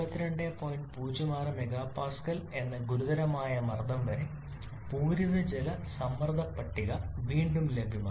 06 MPa എന്ന ഗുരുതരമായ മർദ്ദം വരെ പൂരിത ജല സമ്മർദ്ദ പട്ടിക വീണ്ടും ലഭ്യമാണ്